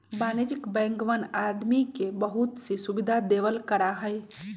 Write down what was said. वाणिज्यिक बैंकवन आदमी के बहुत सी सुविधा देवल करा हई